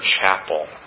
chapel